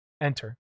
enter